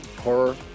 horror